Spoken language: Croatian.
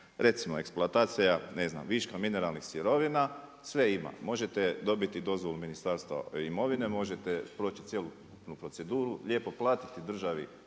Recimo, eksploatacija ne znam viška mineralnih sirovina, sve ima, možete dobiti dozvolu Ministarstva imovine, možete proći cjelokupnu proceduru, lijepo platiti državi